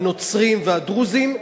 הנוצריים והדרוזיים,